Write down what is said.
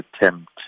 attempt